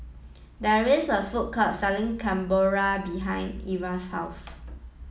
there is a food court selling Carbonara behind Erla's house